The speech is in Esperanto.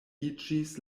iĝis